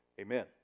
Amen